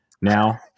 now